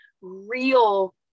real